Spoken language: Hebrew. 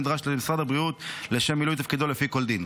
הנדרש למשרד הבריאות לשם מילוי תפקידיו לפי כל דין.